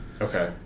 Okay